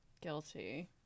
Guilty